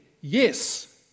yes